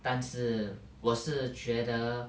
但是我是觉得